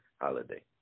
holiday